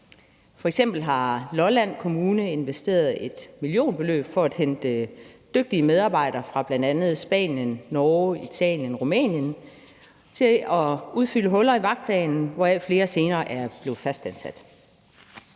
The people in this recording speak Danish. F.eks. har Lolland Kommune investeret et millionbeløb i at hente dygtige medarbejdere fra bl.a. Spanien, Norge, Italien og Rumænien til at udfylde huller i vagtplanen, hvoraf flere senere er blevet fastansat.